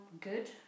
good